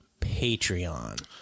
Patreon